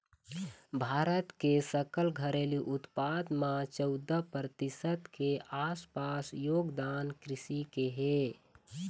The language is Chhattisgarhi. भारत के सकल घरेलू उत्पाद म चउदा परतिसत के आसपास योगदान कृषि के हे